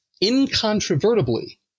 incontrovertibly